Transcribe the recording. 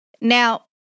Now